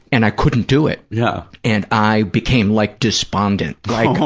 and i couldn't do it, yeah and i became like despondent. like,